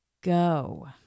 go